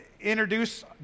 introduce